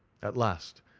at last,